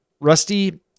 Rusty